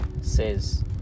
says